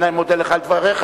אני מודה לך על דבריך.